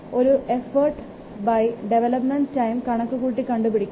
അതു effort development time കണക് കൂടി കണ്ടു പിടിക്കാം